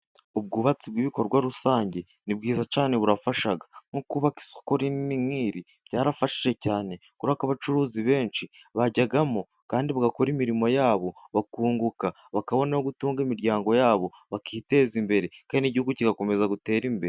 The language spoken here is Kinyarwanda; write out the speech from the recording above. Ubwubatsi bw'ibikorwa rusange ni bwiza cyane burafasha, nko kubaka isoko rinini nk'iri, byarafashije cyane, kubera ko abacuruzi benshi, bajyamo kandi bagakora imirimo yabo, bakunguka, bakabona ayo gutunga imiryango yabo, bakiteza imbere kandi n'igihugu kigakomeza gutera imbere.